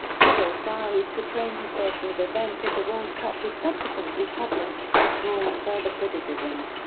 hoddle's diary portraying his version of events at the world cup was subsequently published, drawing further criticism.